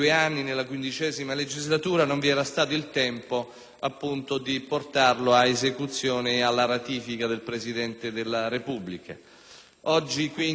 tempo di portarlo ad esecuzione e alla ratifica del Presidente della Repubblica. Oggi, nonostante alcuni aspetti negativi